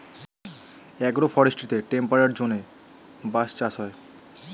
agro ফরেস্ট্রিতে temperate জোনে বাঁশ চাষ হয়